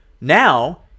now